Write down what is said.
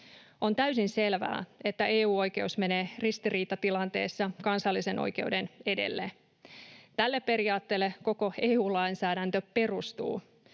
On täysin selvää, että EU-oikeus menee ristiriitatilanteessa kansallisen oikeuden edelle. Tälle periaatteelle koko EU-lainsäädäntö perustuu.